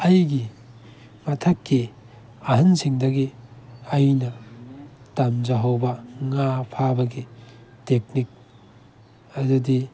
ꯑꯩꯒꯤ ꯃꯊꯛꯀꯤ ꯑꯍꯟꯁꯤꯡꯗꯒꯤ ꯑꯩꯅ ꯇꯝꯖꯍꯧꯕ ꯉꯥ ꯐꯥꯕꯒꯤ ꯇꯦꯛꯅꯤꯛ ꯑꯗꯨꯗꯤ